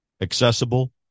accessible